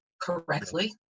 correctly